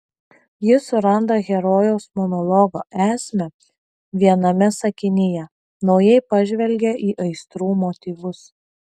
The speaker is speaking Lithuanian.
jis suranda herojaus monologo esmę viename sakinyje naujai pažvelgia į aistrų motyvus